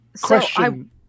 question